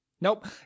Nope